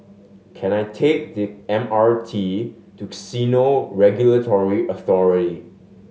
can I take the M R T to Casino Regulatory Authority